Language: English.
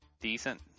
decent